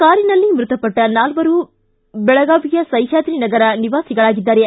ಕಾರಿನಲ್ಲಿ ಮೃತಪಟ್ಟ ನಾಲ್ವರು ಬೆಳಗಾವಿಯ ಸಹಾದ್ರಿ ನಗರ ನಿವಾಸಿಗಳಾಗಿದ್ದಾರೆ